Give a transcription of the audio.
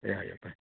या या बाय